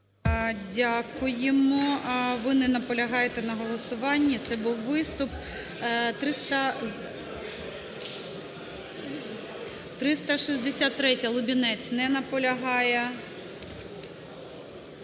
Дякуємо. Ви не наполягаєте на голосуванні. Це був виступ. 363-а, Лубінець. Не наполягає.